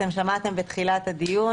אתם שמעתם בתחילת הדיון,